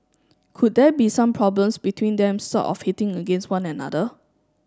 could there be some problems between them sort of hitting against one another